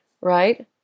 right